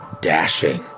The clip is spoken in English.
dashing